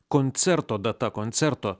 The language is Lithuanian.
koncerto data koncerto